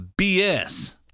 BS